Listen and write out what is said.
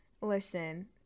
listen